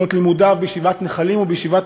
שנות לימודיו בישיבת "נחלים" ובישיבת